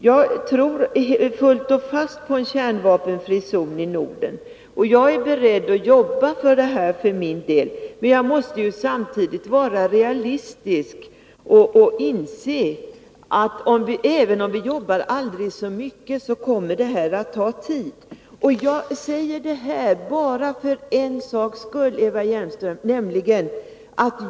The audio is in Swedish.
Jagtror fullt och fast på en kärnvapenfri zon i Norden, och jag är beredd att jobba för att vi skall få till stånd en sådan. Men jag måste ju samtidigt vara realistisk och inse, att även om vi jobbar aldrig så mycket, kommer det att ta tid. Jag säger detta bara för en saks skull, Eva Hjelmström.